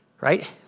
Right